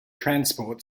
transport